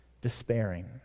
despairing